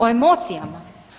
O emocijama?